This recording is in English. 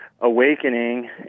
awakening